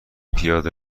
پیاده